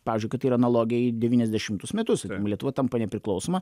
pavyzdžiui kad ir analogija į devyniasdešimtus metus lietuva tampa nepriklausoma